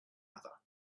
other